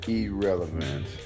irrelevant